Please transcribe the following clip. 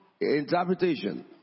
interpretation